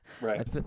Right